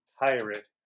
Pirate